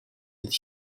that